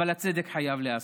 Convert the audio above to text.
אבל הצדק חייב להיעשות.